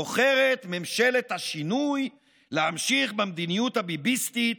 בוחרת ממשלת השינוי להמשיך במדיניות הביביסטית